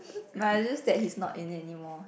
but just that he's now in anymore